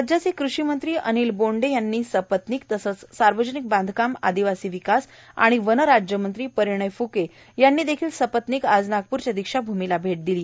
राज्याचे कृषीमंत्री अनिल बोंडे यांनी सपत्नीक तसंच सार्वजनिक बांधकाम आदिवासी विकास वन राज्यमंत्री परिणय फुके यांनी देखील सपत्नीक आज नागपूरच्या दीक्षाभूमीला भेट दिली